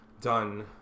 done